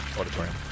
auditorium